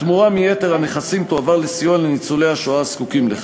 התמורה מיתר הנכסים תועבר לסיוע לניצולי השואה הזקוקים לכך.